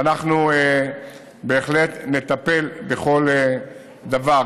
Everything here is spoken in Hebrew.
ואנחנו בהחלט נטפל בכל דבר.